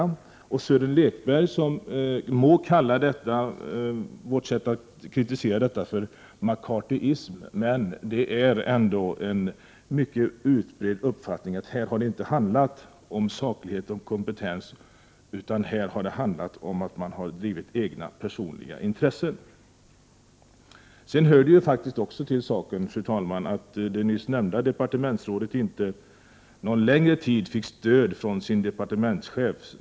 Sören Lekberg må kalla vårt sätt att kritisera detta McCarthyism, men det är ändå en mycket utbredd uppfattning att det här inte har handlat om saklighet och kompetens utan att man har drivit sina egna, personliga intressen. Sedan hör det också till saken att det nyss nämnda departementsrådet inte någon längre tid fick stöd från sin departementschef.